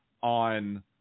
on